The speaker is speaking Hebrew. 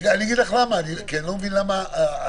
אני אגיד לך למה, כי אני לא מבין למה השוני.